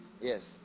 yes